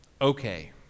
okay